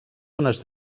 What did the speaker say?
ones